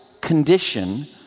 condition